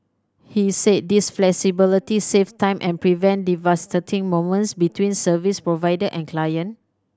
he say this flexibility save time and prevent devastating moments between service provider and client